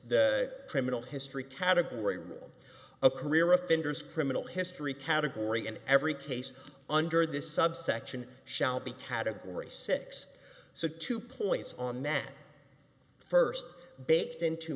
the criminal history category rule a career offenders criminal history category in every case under this subsection shall be category six so two points on that first big into